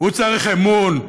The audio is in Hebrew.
הוא צריך אמון.